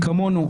כמונו,